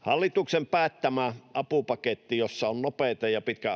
Hallituksen päättämä apupaketti, jossa on nopeita ja pitkän